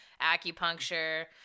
acupuncture